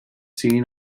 seen